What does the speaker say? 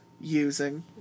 using